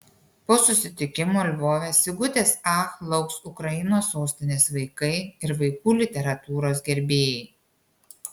po susitikimo lvove sigutės ach lauks ukrainos sostinės vaikai ir vaikų literatūros gerbėjai